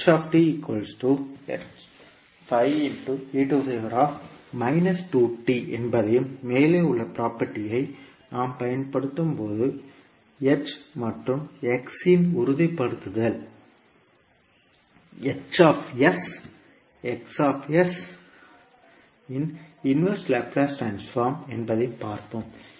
and 5 என்பதையும் மேலே உள்ள ப்ராப்பர்ட்டி ஐ நாம் பயன்படுத்தும்போது h மற்றும் x இன் உறுதிப்படுத்தல் களின் இன்வர்ஸ் லாப்லேஸ் ட்ரான்ஸ்போர்ம் என்பதையும் பார்ப்போம்